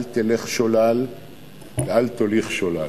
אל תלך שולל ואל תוליך שולל.